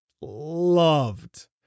Loved